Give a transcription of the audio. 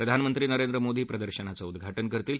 प्रधानमंत्री नरेंद्र मोदी प्रदर्शनाचं उद्घा ज़ करतील